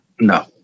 No